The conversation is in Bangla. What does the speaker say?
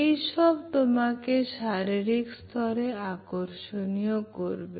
এইসব তোমাকে শারীরিক স্তরে আকর্ষণীয় করবে